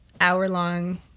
hour-long